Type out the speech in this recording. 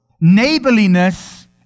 Neighborliness